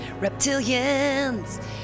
reptilians